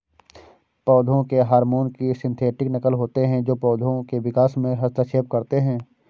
पौधों के हार्मोन की सिंथेटिक नक़ल होते है जो पोधो के विकास में हस्तक्षेप करते है